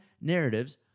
narratives